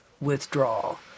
withdrawal